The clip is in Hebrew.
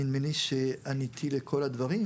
נדמה לי שעניתי לכל הדברים.